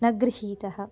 न गृहीतः